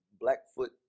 Blackfoot